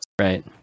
Right